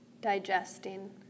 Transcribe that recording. digesting